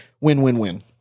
win-win-win